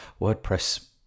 WordPress